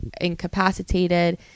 incapacitated